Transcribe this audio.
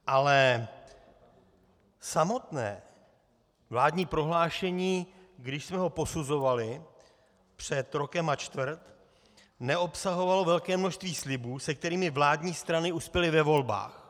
Ale samotné vládní prohlášení, když jsme ho posuzovali před rokem a čtvrt, neobsahovalo velké množství slibů, se kterými vládní strany uspěly ve volbách.